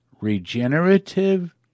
regenerative